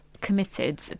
committed